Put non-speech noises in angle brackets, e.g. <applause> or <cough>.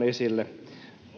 <unintelligible> esille